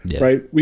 right